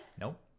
Nope